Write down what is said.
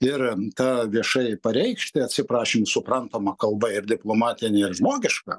ir tą viešai pareikšti atsiprašym suprantama kalba ir diplomatine ir žmogiška